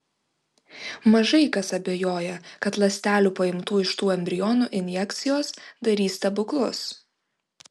mažai kas abejoja kad ląstelių paimtų iš tų embrionų injekcijos darys stebuklus